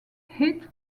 hit